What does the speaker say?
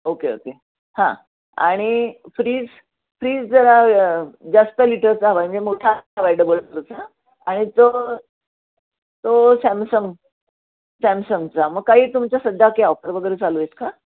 okay okay हां आणि fridge fridge जरा य जास्त लिटरचा हवा आहे म्हणजे मोठा हवा आहे डबल आणि तो तो सॅमसंग सॅमसंगचा मग काही तुमच्या सध्या की ऑफर वगैरे चालू आहेत का